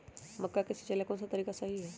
मक्का के सिचाई ला कौन सा तरीका सही है?